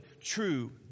true